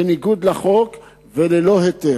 בניגוד לחוק וללא היתר.